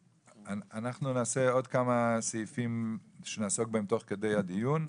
אנחנו נעשה עוד כמה סעיפים שנעסוק בהם תוך כדי הדיון,